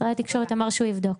שר התקשורת אמר שהוא יבדוק.